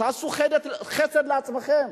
תעשו חסד לעצמכם,